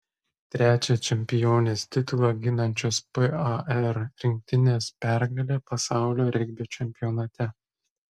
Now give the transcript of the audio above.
trečia čempionės titulą ginančios par rinktinės pergalė pasaulio regbio čempionate